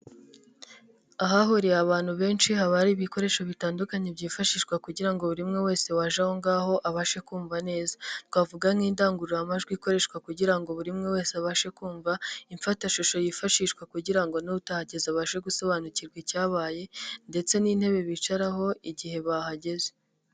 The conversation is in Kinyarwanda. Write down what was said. Ahahuriye abantu benshi haba ibikoresho bitandukanye byifashishwa kugira buri umwe wese waje aho ngaho abashe kumva neza, twavuga nk'indangururamajwi ikoreshwa kugira ngo buri muntu wese abashe kumva, imfatashusho yifashishwa kugira ngo n'utahageze abashe gusobanukirwa icyabaye ndetse n'intebe bicaraho igihe bahageze.